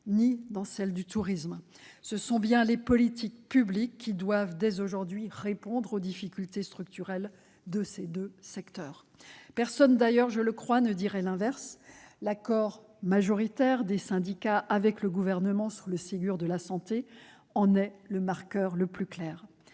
ni dans celui du tourisme. Ce sont bien les politiques publiques qui doivent dès aujourd'hui répondre aux difficultés structurelles de ces deux secteurs. Personne, d'ailleurs- je le crois -, ne dirait l'inverse : l'accord majoritaire des syndicats avec le Gouvernement sur le Ségur de la santé en est le marqueur le plus clair.